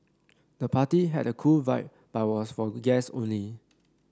the party had a cool vibe but was for guest only